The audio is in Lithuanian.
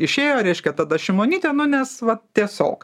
išėjo reiškia tada šimonytė nes va tiesiog